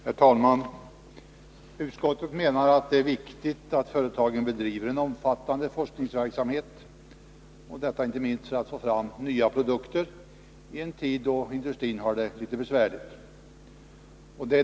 Herr talman! Utskottet menar att det är viktigt att företagen bedriver en omfattande forskningsverksamhet, inte minst för att få fram nya produkter i en tid då industrin har det litet besvärligt.